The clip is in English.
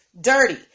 dirty